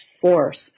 force